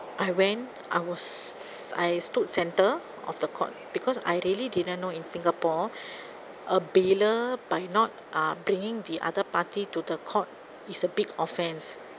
I went I was s~ I stood centre of the court because I really didn't know in singapore a bailer by not uh bringing the other party to the court is a big offense